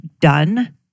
done